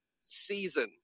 season